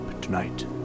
tonight